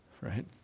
right